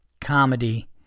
comedy